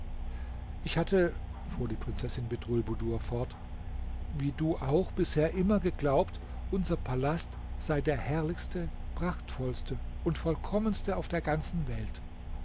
ich hatte fuhr die prinzessin bedrulbudur fort wie du auch bisher immer geglaubt unser palast sei der herrlichste prachtvollste und vollkommenste auf der ganzen welt